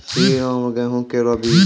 श्रीराम गेहूँ केरो बीज?